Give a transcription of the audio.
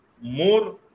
more